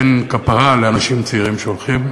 אין כפרה לאנשים צעירים שהולכים,